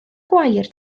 gwair